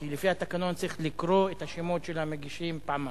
כי לפי התקנון צריך לקרוא את השמות של המגישים פעמיים.